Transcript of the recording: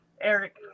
Eric